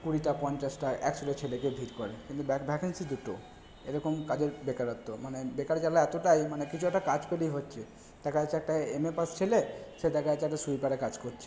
কুড়িটা পঞ্চাশটা একশোটা ছেলে গিয়ে ভিড় করে কিন্তু ভ্যাকান্সি দুটো এরকম কাজের বেকারত্ব মানে বেকার জ্বালা এতোটাই মানে কিছু একটা কাজ পেলেই হচ্ছে দেখা যাচ্ছে একটা এমএ পাশ ছেলে সে দেখা যাচ্ছে একটা সুইপারের কাজ করছে